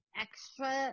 extra